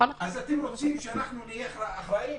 אז אתם רוצים שנהיה אחראיים?